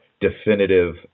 definitive